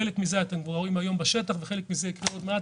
חלק מזה אתם כבר רואים בשטח וחלק מזה יקרה עוד מעט